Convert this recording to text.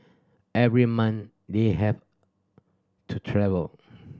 every month they have to travel